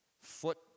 foot